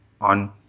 on